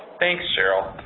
thanks, cheryl.